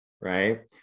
Right